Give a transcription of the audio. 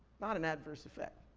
not an adverse effect.